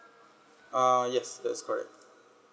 uh yes that's correct